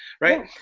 right